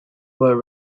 were